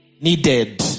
needed